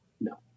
No